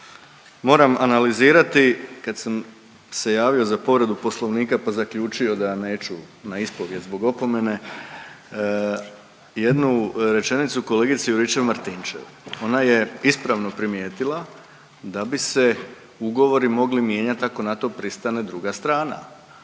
moram analizirati kad sam se javio za povredu Poslovnika pa zaključio da neću na ispovijed zbog opomene jednu rečenicu kolegice Juričev Martinčev. Ona je ispravno primijetila da bi se ugovori mogli mijenjati ako na to pristane druga strana,